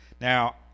Now